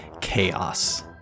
chaos